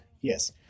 Yes